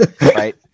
Right